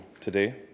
today